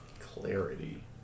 Clarity